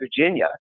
Virginia